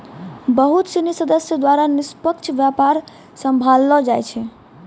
बहुत सिनी सदस्य द्वारा निष्पक्ष व्यापार सम्भाललो जाय छै